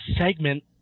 segment